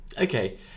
Okay